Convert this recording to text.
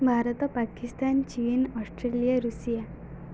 ଭାରତ ପାକିସ୍ତାନ ଚୀନ Australia Russia